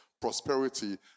prosperity